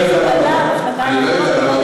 הוא פשוט גדל בשנתיים האחרונות,